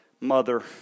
mother